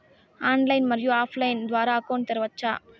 Online, మరియు offline line ద్వారా అకౌంట్ తెరవచ్చా?